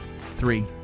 three